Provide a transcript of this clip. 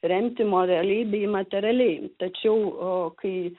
remti moraliai bei materialiai tačiau kai